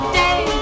day